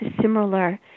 similar